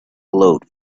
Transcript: glowed